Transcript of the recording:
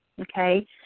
Okay